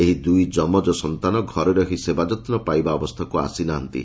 ଏହି ଦୁଇ ଯମଜ ସନ୍ତାନ ଘରେ ରହି ସେବାଯତୁ ପାଇବା ଅବସ୍ତାକୁ ଆସିନାହାନ୍ତି